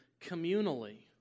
communally